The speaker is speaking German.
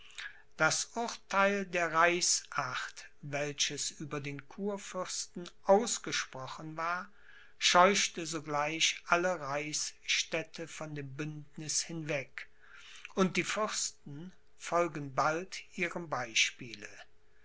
das urtheil der reichsacht welches über den kurfürsten ausgesprochen war scheuchte sogleich alle reichsstädte von dem bündniß hinweg und die fürsten folgen bald ihrem beispiele